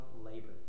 labor